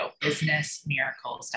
businessmiracles.com